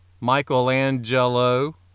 Michelangelo